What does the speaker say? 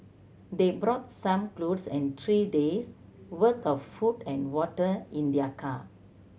they brought some clothes and three days worth of food and water in their car